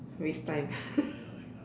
waste time